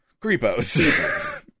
creepos